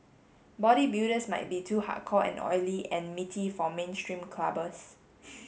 bodybuilders might be too hardcore and oily and meaty for mainstream clubbers